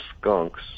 skunks